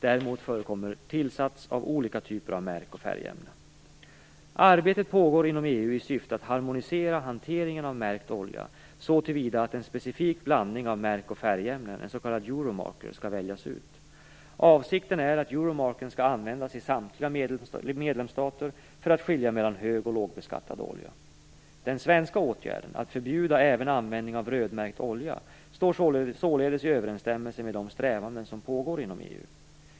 Däremot förekommer det tillsatser av olika typer av märk och färgämnen. Ett arbete pågår inom EU i syfte att harmonisera hanteringen av märkt olja så till vida att en specifik blandning av märk och färgämnen, en s.k. Euromarker, skall väljas ut. Avsikten är att denna Euromarker skall användas i samtliga medlemsstater för att skilja mellan hög och lågbeskattad olja. Den svenska åtgärden, att även förbjuda användning av rödmärkt olja, står således i överensstämmelse med de strävanden som pågår inom EU.